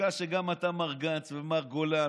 בגלל שגם אתה, מר גנץ, ומר גולן,